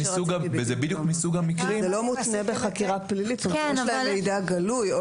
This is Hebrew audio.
זה לא מותנה בחקירה פלילית, אם יש להם מידע גלוי.